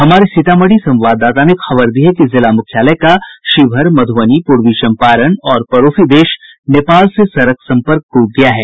हमारे सीतामढ़ी संवाददाता ने खबर दी है कि जिला मुख्यालय का शिवहर मध्बनी पूर्वी चंपारण और पड़ोसी देश नेपाल से सड़क सम्पर्क ट्रट गया है